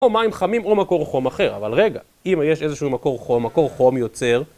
או מים חמים, או מקור חום אחר, אבל רגע, אם יש איזה שהוא מקור חום, מקור חום יוצר